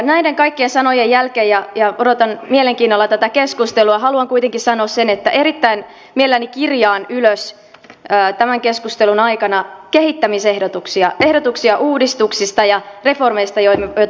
näiden kaikkien sanojen jälkeen ja odotan mielenkiinnolla tätä keskustelua haluan kuitenkin sanoa sen että erittäin mielelläni kirjaan ylös tämän keskustelun aikana kehittämisehdotuksia ehdotuksia uudistuksista ja reformeista joita voimme toteuttaa